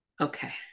Okay